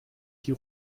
die